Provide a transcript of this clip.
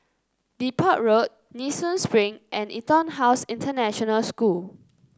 Depot Road Nee Soon Spring and EtonHouse International School